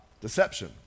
deception